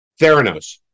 Theranos